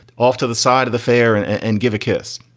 off to the side of the fair and and give a kiss.